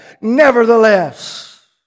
nevertheless